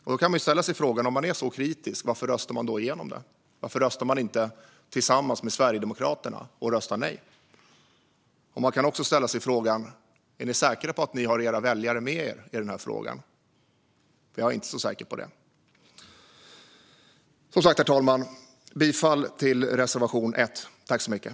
Om man är så kritisk, varför röstar man då igenom det? Varför röstar man inte nej tillsammans med Sverigedemokraterna? Frågan kan också ställas: Är ni säkra på att ni har era väljare med er i denna fråga? Jag är inte så säker på det. Som sagt, herr talman - jag yrkar bifall till reservation 1.